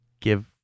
give